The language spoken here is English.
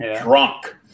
drunk